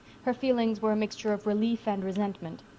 her feelings were a mixture of relief and resentment.